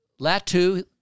Latu